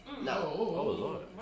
No